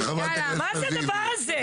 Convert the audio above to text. מה זה הדבר הזה?